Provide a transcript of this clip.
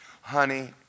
Honey